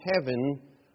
heaven